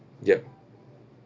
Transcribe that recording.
yup